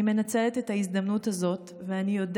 אני מנצלת את ההזדמנות הזאת,